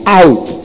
out